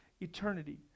eternity